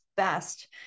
best